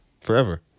Forever